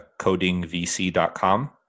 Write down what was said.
codingvc.com